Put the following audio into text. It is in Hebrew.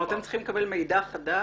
כלומר אתם צריכים לקבל מידע חדש?